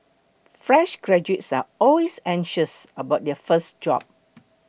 fresh graduates are always anxious about their first job